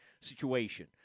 situation